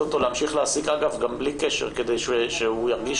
אותו להמשיך להעסיק גם בלי קשר אלא כדי שהוא ירגיש